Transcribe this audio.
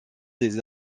des